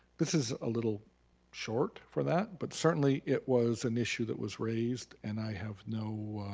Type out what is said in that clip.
this is a little short for that, but certainly it was an issue that was raised and i have no